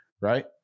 Right